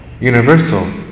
universal